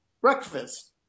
breakfast